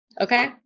okay